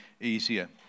easier